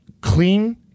Clean